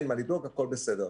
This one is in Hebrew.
אין מה לדאוג הכול בסדר.